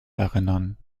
erinnern